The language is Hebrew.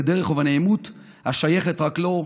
בדרך ובנעימות השייכות רק לו,